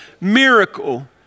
miracle